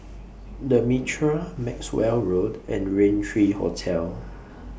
The Mitraa Maxwell Road and Raintr three Hotel